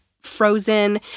frozen